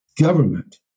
government